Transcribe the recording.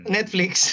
Netflix